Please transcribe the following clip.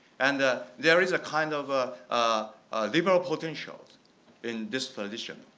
and there is a kind of ah ah liberal potentials in this position.